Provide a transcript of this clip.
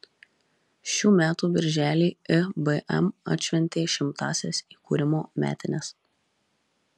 šių metų birželį ibm atšventė šimtąsias įkūrimo metines